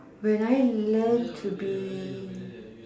when I learnt to be